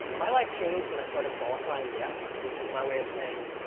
my life changed when i started qualifying yes which is my way of saying,